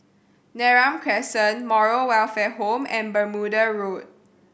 Neram Crescent Moral Welfare Home and Bermuda Road